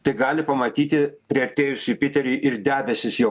tai gali pamatyti priartėjus jupiteriui ir debesis jo